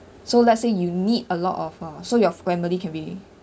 so let's say you need a lot of uh so your family can be